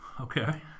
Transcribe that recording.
Okay